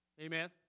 Amen